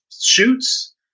shoots